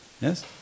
Yes